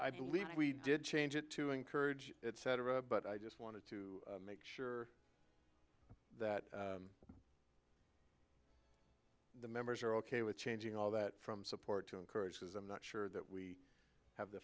i believe we did change it to encourage cetera but i just wanted to make sure that the members are ok with changing all that from support to encourage because i'm not sure that we have the